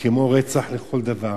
כמו רצח לכל דבר.